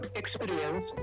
experience